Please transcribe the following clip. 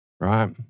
right